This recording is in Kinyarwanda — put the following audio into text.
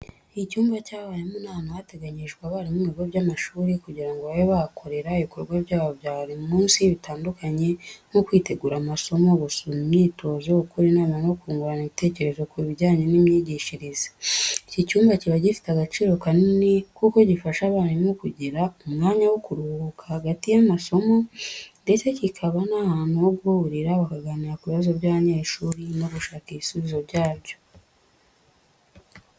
Icyumba cy’abarimu ni ahantu hateganyirijwe abarimu mu bigo by’amashuri kugira ngo babe bahakorere ibikorwa byabo bya buri munsi bitandukanye nko kwitegura amasomo, gusuzuma imyitozo, gukora inama no kungurana ibitekerezo ku bijyanye n’imyigishirize. Iki cyumba kiba gifite agaciro kanini kuko gifasha abarimu kugira umwanya wo kuruhuka hagati y’amasomo, ndetse kikaba n’ahantu ho guhurira bakaganira ku bibazo by’abanyeshuri no gushaka ibisubizo byabyo.